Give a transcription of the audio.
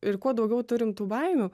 ir kuo daugiau turim tų baimių